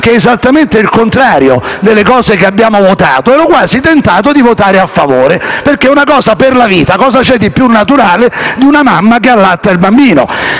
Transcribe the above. che è esattamente il contrario delle cose che abbiamo votato, ero quasi tentato di votare a favore, perché è una cosa per la vita: cosa c'è di più naturale di una mamma che allatta il bambino?